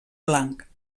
blanc